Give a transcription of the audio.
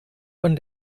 von